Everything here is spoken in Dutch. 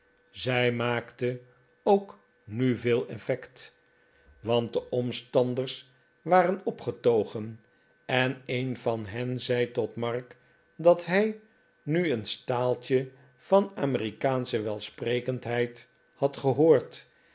zij maakte ook nu veel effect want de omstanders waren opgetogen en een van hen zei tot mark dat hij nu een staaltje van amerikaansche welsprekendheid had gehoord